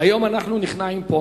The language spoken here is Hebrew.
היום אנחנו נכנעים פה.